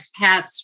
expats